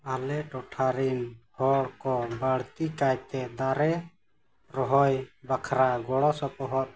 ᱟᱞᱮ ᱴᱚᱴᱷᱟ ᱨᱮᱱ ᱦᱚᱲᱠᱚ ᱵᱟᱹᱲᱛᱤ ᱠᱟᱭᱛᱮ ᱫᱟᱨᱮ ᱨᱚᱦᱚᱭ ᱵᱟᱠᱷᱨᱟ ᱜᱚᱲᱚ ᱥᱚᱯᱚᱦᱚᱫ